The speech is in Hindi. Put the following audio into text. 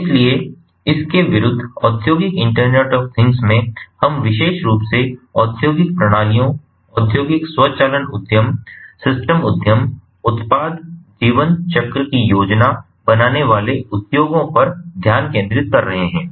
इसलिए इसके विरुद्ध औद्योगिक इंटरनेट ऑफ़ थिंग्स में हम विशेष रूप से औद्योगिक प्रणालियों औद्योगिक स्वचालन उद्यम सिस्टम उद्यम उत्पाद जीवन चक्र की योजना बनाने वाले उद्योगों पर ध्यान केंद्रित कर रहे हैं